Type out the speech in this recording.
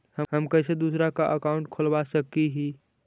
हम कैसे दूसरा का अकाउंट खोलबा सकी ही?